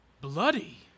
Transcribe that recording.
bloody